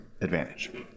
advantage